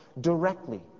directly